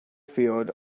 field